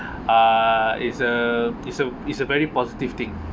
uh is a is a is a very positive think